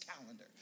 calendar